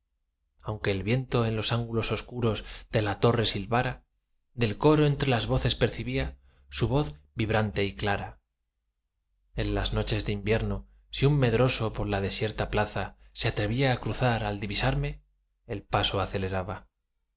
aunque el viento en los ángulos oscuros de la torre silbara del coro entre las voces percibía su voz vibrante y clara en las noches de invierno si un medroso por la desierta plaza se atrevía á cruzar al divisarme el paso aceleraba